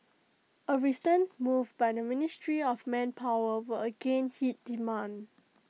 A recent move by the ministry of manpower will again hit demand